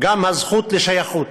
גם את הזכות לשייכות.